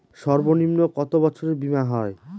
সর্বনিম্ন কত বছরের বীমার হয়?